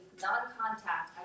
non-contact